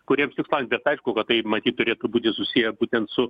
kuriems tikslams bet aišku kad tai matyt turėtų būti susiję būtent su